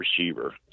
receiver